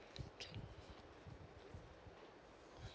can